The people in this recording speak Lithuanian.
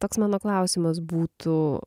toks mano klausimas būtų